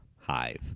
hive